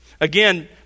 Again